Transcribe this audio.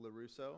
LaRusso